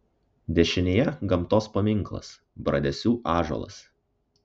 dešinėje gamtos paminklas bradesių ąžuolas